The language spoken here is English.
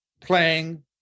playing